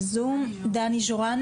ונמצאים דני ז'ורנו